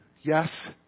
Yes